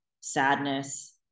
sadness